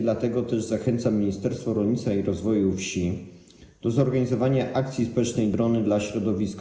Dlatego zachęcam Ministerstwo Rolnictwa i Rozwoju Wsi do zorganizowania akcji społecznej: drony dla środowiska.